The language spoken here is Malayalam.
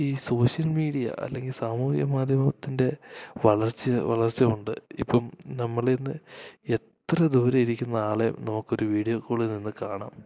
ഈ സോഷ്യൽ മീഡ്യ അല്ലങ്കിൽ സാമൂഹിക മാധ്യമത്തിന്റെ വളർച്ച വളർച്ച കൊണ്ട് ഇപ്പം നമ്മൾ ഇന്ന് എത്ര ദൂരെ ഇരിക്കുന്ന ആളേം നമുക്ക് ഒരു വീഡ്യോ ക്കോളി നിന്ന് കാണാം